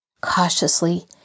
Cautiously